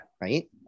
right